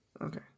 Okay